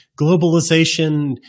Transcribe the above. globalization